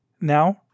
now